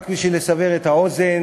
רק בשביל לסבר את האוזן,